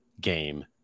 game